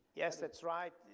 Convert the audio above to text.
yes that's right.